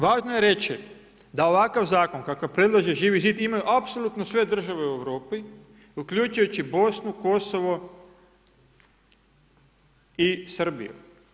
Važno je reći, da je ovakav zakon, kakav predlaže Živi zid, imaju apsolutno sve države u Europi uključujući Bosnu, Kosovo i Srbiju.